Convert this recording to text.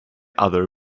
other